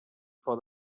for